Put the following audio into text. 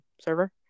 server